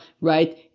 right